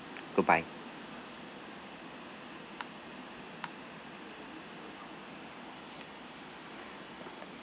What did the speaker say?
goodbye